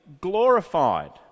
glorified